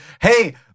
hey